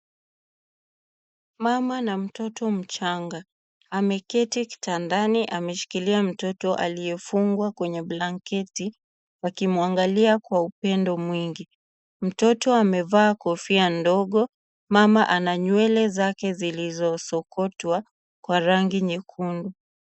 Mama na mtoto mchanga. Ameketi kitandani ameshikilia mtoto aliyefungwa kwenye blanketi wakimwangalia kwa upendo mwingi. Mtoto amevaa kofia ndogo. Mama ana nywele zake zilizosokotwa kwa rangi nyekundu.